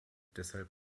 deshalb